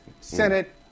senate